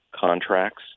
contracts